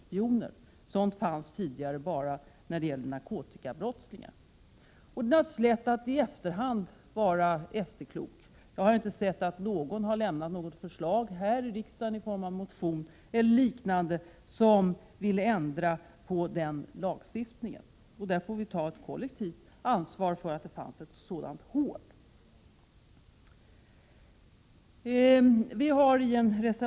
Sådana föreskrifter fanns tidigare bara när det gällde narkotikabrottslingar. Det är naturligtvis lätt att vara klok i efterhand. Jag har inte sett att någon här i riksdagen i form av förslag i motion eller på annat sätt har velat ändra på denna lagstiftning. Därför får vi kollektivt ta ansvar för att det fanns en sådan lucka i lagen.